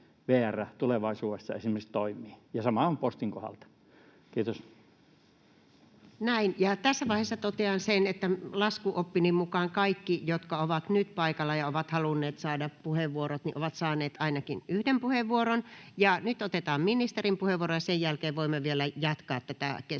vuodelle 2022 Time: 10:34 Content: Näin. — Ja tässä vaiheessa totean sen, että laskuoppini mukaan kaikki, jotka ovat nyt paikalla ja ovat halunneet saada puheenvuoron, ovat saaneet ainakin yhden puheenvuoron. Ja nyt otetaan ministerin puheenvuoro, ja sen jälkeen voimme vielä jatkaa tätä keskustelua,